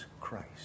Christ